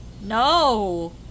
No